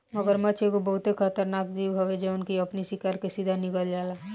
मगरमच्छ एगो बहुते खतरनाक जीव हवे जवन की अपनी शिकार के सीधा निगल जाला